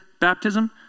baptism